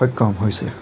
সক্ষম হৈছে